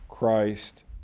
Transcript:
Christ